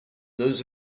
those